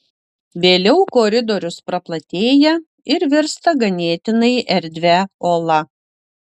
vėliau koridorius praplatėja ir virsta ganėtinai erdvia ola